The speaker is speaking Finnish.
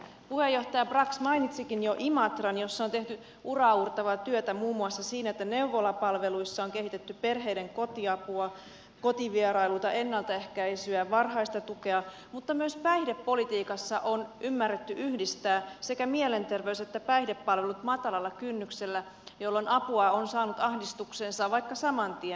puheenjohtaja brax mainitsikin jo imatran missä on tehty uraauurtavaa työtä muun muassa siinä että neuvolapalveluissa on kehitetty perheiden kotiapua kotivierailuita ennaltaehkäisyä varhaista tukea mutta myös päihdepolitiikassa on ymmärretty yhdistää sekä mielenterveys että päihdepalvelut matalalla kynnyksellä jolloin apua on saanut ahdistukseensa vaikka saman tien